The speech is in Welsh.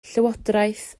llywodraeth